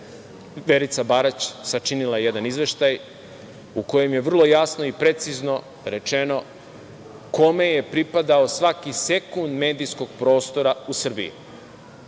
Verica Barać, sačinila jedan izveštaj u kojem je vrlo jasno i precizno rečeno kome je pripadao svaki sekund medijskog prostora u Srbiji.